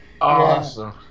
Awesome